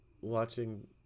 watching